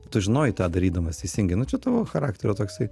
tu žinojai tą darydamas teisingai nu čia tavo charakterio toksai